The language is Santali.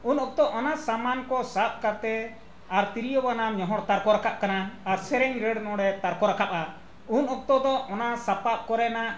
ᱩᱱ ᱚᱠᱛᱚ ᱚᱱᱟ ᱥᱟᱢᱟᱱ ᱠᱚ ᱥᱟᱵ ᱠᱟᱛᱮᱫ ᱟᱨ ᱛᱤᱨᱭᱳ ᱵᱟᱱᱟᱢ ᱧᱚᱦᱚᱲ ᱛᱟᱨᱠᱚ ᱨᱟᱠᱟᱵ ᱠᱟᱱᱟ ᱟᱨ ᱥᱮᱨᱮᱧ ᱨᱟᱹᱲ ᱱᱚᱰᱮ ᱛᱟᱨᱠᱚ ᱨᱟᱠᱟᱵᱼᱟ ᱩᱱ ᱚᱠᱛᱚ ᱫᱚ ᱚᱱᱟ ᱥᱟᱯᱟᱵ ᱠᱚᱨᱮᱱᱟᱜ